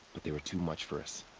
but they were too much for us.